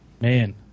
Man